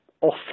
off